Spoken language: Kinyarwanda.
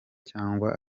cyangwa